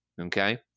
okay